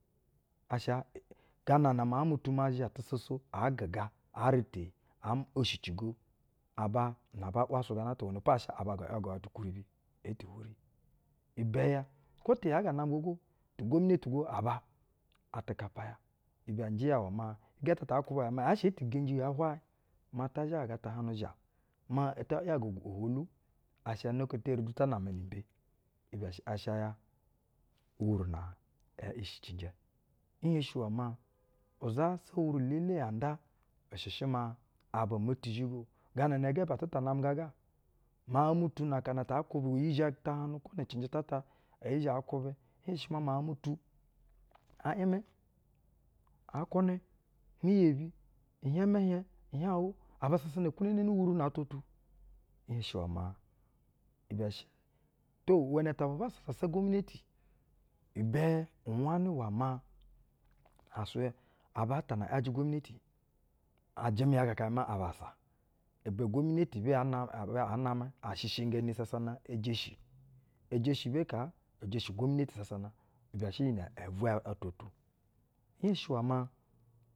Asha ganana miauŋ mutu ma zha tusoso aa gɛga, aa rɛta iyi, oo oshicigo, aba na ba ‘wasu gana ata o. iwɛnɛpa asha aba ga ‘yagawa tu ukwuribi ee ti hwuri. Ibɛ ya kwo ti nyaa ga namɛ gaago, tu-ugwominiti go aba atɛ kappa ya, ibɛ njɛ ya iwɛ maa shɛ ee ti genji hwajɛ maa ta zhagaga tahaŋnu zhiaŋ, maa ta ‘yaga ohwolu, asha neke ti eri du ta nama nu-umbe, ibɛ shɛ, asha ya uwuru na ɛɛishi cinjɛ. Nhenshi iwɛ ma izasa uwuru-elele wan da, i shɛ shɛ maa aba mo ti zhigo o. Gana inɛ gɛ ba atɛ ta namɛ gaaga, miauŋ mu tu na akana ta aa kwubɛ iyi zhe aa kwubɛ, nhenshi maa miauŋ mu tu aa imɛ, aa kwunɛ mi yebi. ɛɛ hieŋ mɛ hieŋ, ihieŋ awo. Aba sasana kwuneneni uwuru na-atwa tu. Nhenshi iwɛ maa ibɛ shɛ, to, iwɛnnɛ ta bubassa zasa gwomineti, ibɛ iwanɛ ugwomineti a jɛmɛ ya kakayɛ maa abassa. ibɛ ugwomineti-ebe, aa namɛ e shishingeni sasana ejeshi. Ejeshi ebe kaa, ejeshi ugwomneti sasana ibɛ shɛ iyi nɛ ɛɛ vwɛ atwa tu. Nhenshi iwɛ maa.